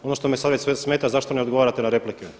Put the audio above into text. Ono što me sad već smeta zašto ne odgovarate na replike?